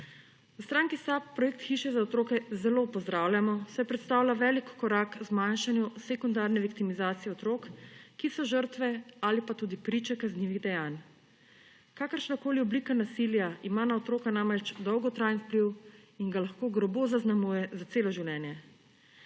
V stranki SAB projekt hiša za otroke zelo pozdravljamo, saj predstavlja velik korak k zmanjšanju sekundarne viktimizacije otrok, ki so žrtve ali pa tudi priče kaznivih dejanj. Kakršnakoli oblika nasilja ima na otroka namreč dolgotrajen vpliv in ga lahko grobo zaznamuje za celo življenje.